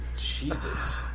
Jesus